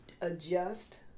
adjust